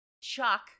Chuck